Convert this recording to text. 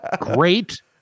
Great